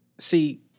See